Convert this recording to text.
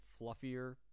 fluffier